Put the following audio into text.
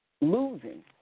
losing